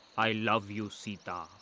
i love you sita.